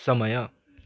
समय